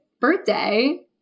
birthday